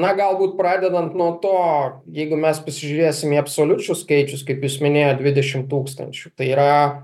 na galbūt pradedant nuo to jeigu mes pasižiūrėsim į absoliučius skaičius kaip jūs minėjot dvidešimt tūkstančių tai yra